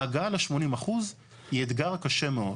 ההגעה ל-80% היא אתגר קשה מאוד.